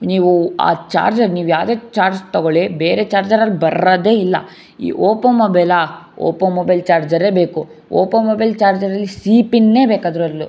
ನೀವೂ ಆ ಚಾರ್ಜರ್ ನೀವು ಯಾವುದೇ ಚಾರ್ಜ್ ತೊಗೊಳ್ಳಿ ಬೇರೆ ಚಾರ್ಜರಲ್ಲಿ ಬರೋದೆ ಇಲ್ಲ ಈ ಓಪ್ಪೊ ಮೊಬೈಲಾ ಓಪ್ಪೊ ಮೊಬೈಲ್ ಚಾರ್ಜರೇ ಬೇಕು ಓಪೊ ಮೊಬೈಲ್ ಚಾರ್ಜರಲ್ಲಿ ಸಿ ಪಿನ್ನೇ ಬೇಕು ಅದರಲ್ಲೂ